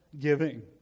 giving